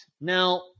Now